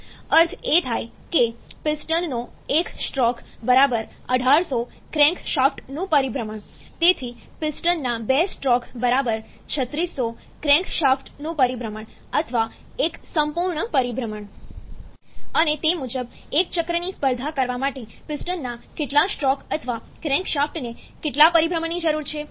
અર્થ એ થાય કે પિસ્ટનનો 1 સ્ટ્રોક ≡ 1800 ક્રેન્કશાફ્ટનું પરિભ્રમણ તેથી પિસ્ટનના 2 સ્ટ્રોક ≡ 3600 ક્રેન્કશાફ્ટનું પરિભ્રમણ અથવા એક સંપૂર્ણ પરિભ્રમણ અને તે મુજબ એક ચક્રની સ્પર્ધા કરવા માટે પિસ્ટનના કેટલા સ્ટ્રોક અથવા ક્રેન્કશાફ્ટને કેટલા પરિભ્રમણ ની જરૂર છે